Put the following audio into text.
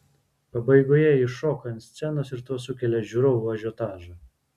pabaigoje ji šoka ant scenos ir tuo sukelia žiūrovų ažiotažą